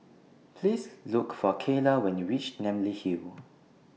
Please Look For Cayla when YOU REACH Namly Hill